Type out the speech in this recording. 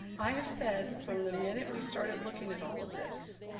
i have said from the minute we started looking at all of this,